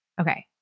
Okay